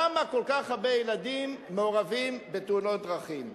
למה כל כך הרבה ילדים מעורבים בתאונות דרכים?